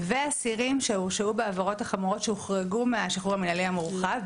ואסירים שהורשעו בעבירות החמורות שהוחרגו מהשחרור המנהלי המורחב,